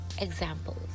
examples